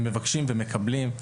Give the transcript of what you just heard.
מבקשים ומקבלים.